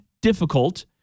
difficult